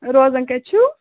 روزان کَتہِ چھُو